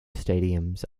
stadiums